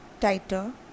tighter